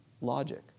logic